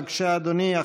בבקשה, אדוני.